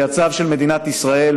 והיא הצו של מדינת ישראל,